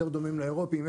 יותר דומים לאירופים,